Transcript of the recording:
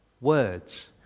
words